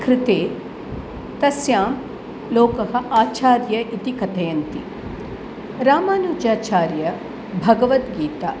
कृते तं लोकः आचार्यः इति कथयन्ति रामानुजाचार्यः भगवद्गीता